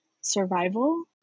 survival